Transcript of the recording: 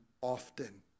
often